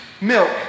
milk